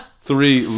Three